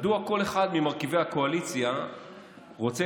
מדוע כל אחד ממרכיבי הקואליציה רוצה